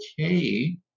okay